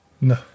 No